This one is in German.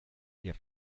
ihr